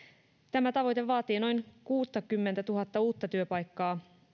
tämä tavoite vaatii noin kuuttakymmentätuhatta uutta työpaikkaa